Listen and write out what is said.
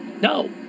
No